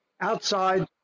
outside